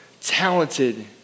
talented